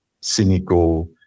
cynical